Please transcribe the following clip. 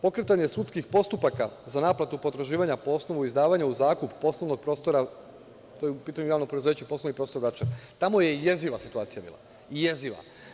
Pokretanje sudskih postupaka za naplatu potraživanja po osnovu izdavanja u zakup poslovnog prostora, to je u pitanju JP „Poslovni prostor Vračar“, tamo je jeziva situacija bila, jeziva.